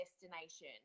destination